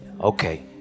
Okay